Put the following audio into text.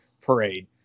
parade